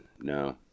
no